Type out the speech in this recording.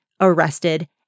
arrested